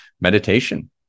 meditation